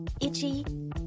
Itchy